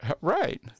Right